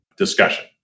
discussion